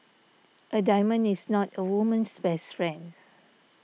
a diamond is not a woman's best friend